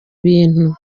bintu